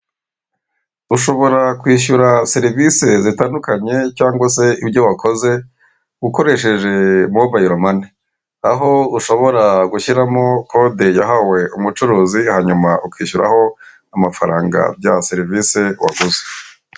Ushobora kwishyura serivisi zitandukanye cyangwa se ibyo wakoze ukoresheje mobile money aho ushobora gushyiramo kode yahawe umucuruzi hanyuma ukishyuraraho amafaranga bya serivisi waguze .